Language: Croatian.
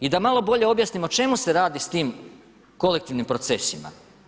I da malo bolje objasnim o čemu se radi s tim kolektivnim procesima.